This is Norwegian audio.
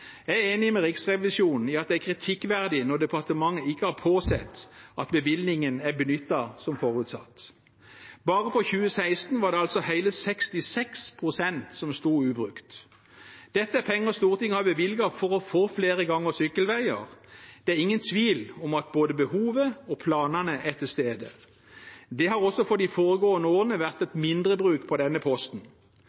Jeg er enig med Riksrevisjonen i at det er kritikkverdig når departementet ikke har påsett at bevilgningen er benyttet som forutsatt. Bare for 2016 var det hele 66 pst. som sto ubrukt. Dette er penger Stortinget har bevilget for å få flere gang- og sykkelveier. Det er ingen tvil om at både behovet og planene er til stede. Det har også for de foregående årene vært